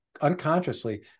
unconsciously